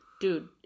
dude